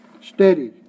Steady